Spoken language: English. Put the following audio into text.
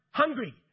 hungry